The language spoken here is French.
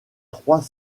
trois